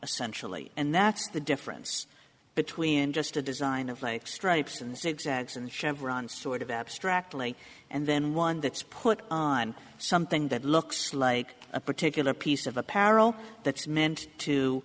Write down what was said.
essentially and that's the difference between just a design of like stripes and zigzags and chevron sort of abstractly and then one that's put on something that looks like a particular piece of apparel that's meant to